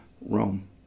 Rome